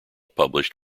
published